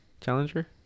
Challenger